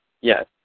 yes